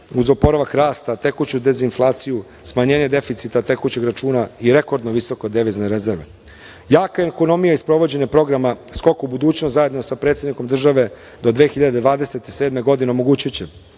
uz oporavak rasta, tekuću dezinflaciju, smanjenje deficita tekućeg računa i rekordno visoke devizne rezerve. Jaka ekonomija i sprovođenje Programa "Skok u budućnost", zajedno sa predsednikom države do 2027. godine omogućiće: